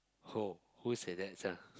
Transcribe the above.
who say that sia